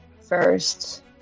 first